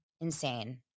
Insane